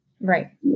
Right